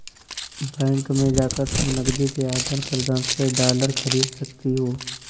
bank में जाकर तुम नकदी के आदान प्रदान से डॉलर खरीद सकती हो